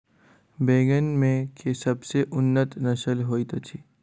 बैंगन मे केँ सबसँ उन्नत नस्ल होइत अछि?